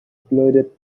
blooded